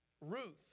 Ruth